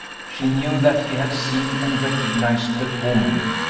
she knew that he had seen and recognized the woman,